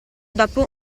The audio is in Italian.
dopo